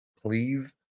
please